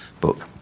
book